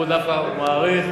הוא דווקא מעריך.